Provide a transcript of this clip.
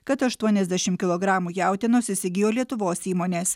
kad aštuoniasdešimt kilogramų jautienos įsigijo lietuvos įmonės